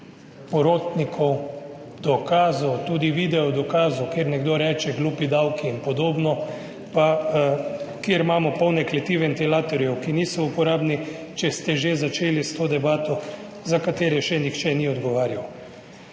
porotnikov, dokazov, tudi videodokazov, kjer nekdo reče »glupi davki« in podobno, pa kjer imamo polne kleti ventilatorjev, ki niso uporabni, če ste že začeli s to debato, za katere še nihče ni odgovarjal.